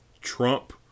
Trump